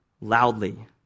loudly